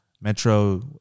Metro